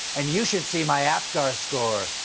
and you should see my apgar scores.